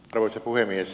arvoisa puhemies